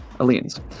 aliens